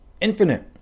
infinite